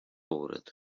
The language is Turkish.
uğradı